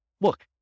look